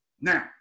Now